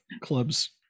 clubs